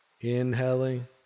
Inhaling